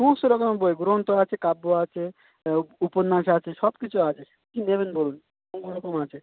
সমস্ত রকমের বই গ্রন্থ আছে কাব্য আছে উপন্যাস আছে সব কিছু আছে কী নেবেন বলুন সব রকম আছে